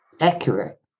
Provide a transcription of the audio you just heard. accurate